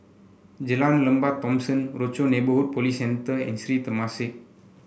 Jalan Lembah Thomson Rochor Neighborhood Police Centre and Sri Temasek